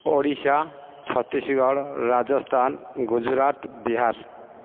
Odisha Chhattisgarh Rajasthan Gujarat Bihar